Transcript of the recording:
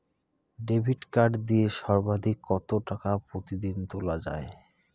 Debit card দিয়ে সর্বাধিক কত টাকা প্রতিদিন তোলা য়ায়?